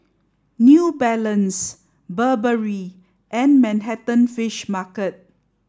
New Balance Burberry and Manhattan Fish Market